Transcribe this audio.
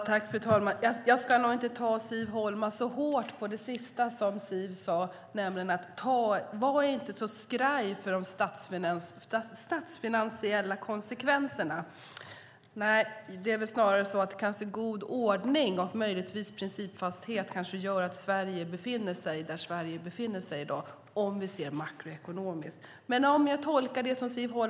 Fru talman! Jag ska nog inte ta Siv Holma så hårt på det sista som hon sade, nämligen: Var inte så skraj för de statsfinansiella konsekvenserna. Det är väl snarare så att god ordning och möjligtvis principfasthet gör att Sverige befinner sig där Sverige befinner sig i dag makroekonomiskt sett.